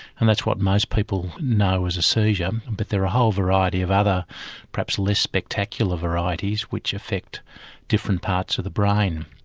and that's what most people know as a seizure, and but there are a whole variety of other perhaps less spectacular varieties which affect different parts of the brain.